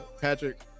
Patrick